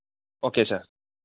okay sir